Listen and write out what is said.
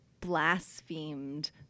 blasphemed